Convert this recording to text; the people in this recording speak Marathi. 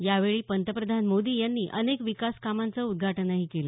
यावेळी पंतप्रधान मोदी यांनी अनेक विकास कामांचं उद्घाटनही केलं